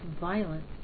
violence